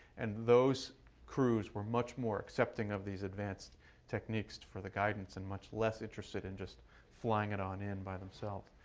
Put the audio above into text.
and those crews were much more accepting of these advanced techniques for the guidance and much less interested in just flying it on in by themselves.